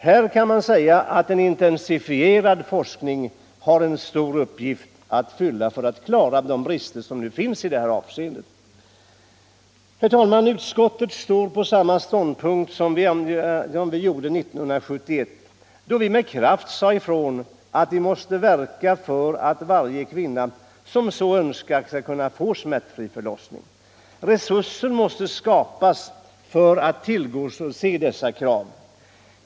Här kan man säga att en intensifierad forskning har en stor uppgift att fylla för att vi skall klara de nuvarande bristerna i detta avseende. Herr talman! Utskottet står på samma ståndpunkt som det gjorde 1971, då vi med kraft sade ifrån att vi måste verka för att varje kvinna som så önskar skall kunna få smärtfri förlossning. Resurser måste skapas för att tillgodose dessa krav.